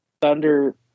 thunder